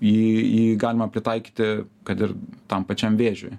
jį jį galima pritaikyti kad ir tam pačiam vėžiui